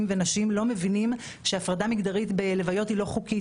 ונשים לא מבינים שהפרדה מגדרית בלוויות היא לא חוקית